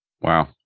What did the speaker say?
Wow